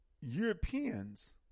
Europeans